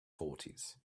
fourties